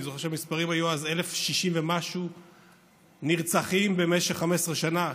אני זוכר שהמספרים היו אז 1,060 ומשהו נרצחים במשך 15 שנה,